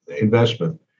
investment